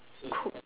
cook